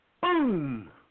Boom